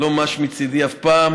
שלא מש מצידי אף פעם,